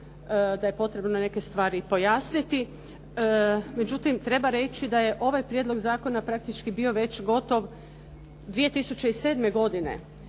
da je potrebno neke stvari pojasniti, međutim treba reći da je ovaj prijedlog zakona praktički bio već gotov 2007. godine.